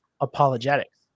apologetics